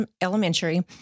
elementary